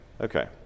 Okay